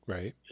Right